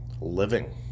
living